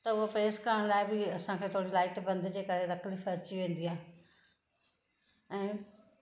त उहो प्रेस करण लाइ बि असांखे थोरी लाइट बंदि जे करे तकलीफ़ अची वेंदी आहे ऐं